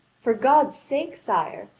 for god's sake, sire,